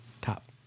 Top